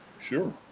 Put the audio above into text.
Sure